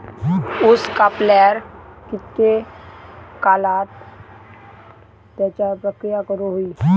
ऊस कापल्यार कितके काळात त्याच्यार प्रक्रिया करू होई?